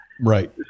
right